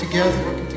Together